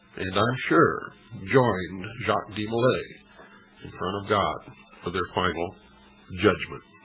and i'm sure joined jacques de molay in front of god for their final judgment.